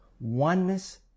oneness